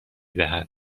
دهد